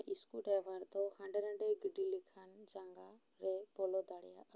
screw driver ᱫᱚ ᱦᱟᱸᱰᱮ ᱱᱟᱰᱮ ᱜᱤᱰᱤ ᱞᱮᱠᱷᱟᱱ ᱡᱟᱜᱟᱸ ᱨᱮ ᱵᱚᱞᱚ ᱫᱟᱲᱮᱭᱟᱜᱼᱟ